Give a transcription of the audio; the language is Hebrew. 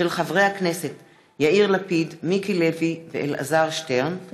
מאת חברי הכנסת יאיר לפיד, מיקי לוי ואלעזר שטרן;